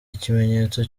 ikimenyetso